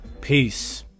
Peace